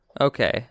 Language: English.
Okay